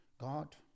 God